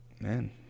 man